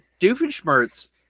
Doofenshmirtz